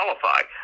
qualify